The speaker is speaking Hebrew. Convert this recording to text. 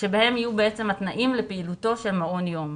בהן יהיו התנאים לפעילותו של מעון יום.